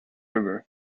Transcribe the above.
river